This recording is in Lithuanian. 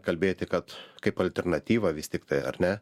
kalbėti kad kaip alternatyvą vis tiktai ar ne